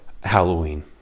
Halloween